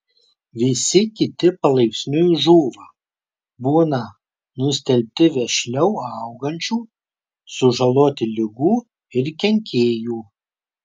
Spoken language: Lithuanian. visi kiti palaipsniui žūva būna nustelbti vešliau augančių sužaloti ligų ir kenkėjų